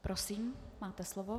Prosím, máte slovo.